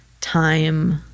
time